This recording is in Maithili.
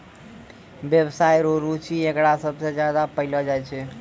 व्यवसाय रो रुचि एकरा सबसे ज्यादा पैलो जाय छै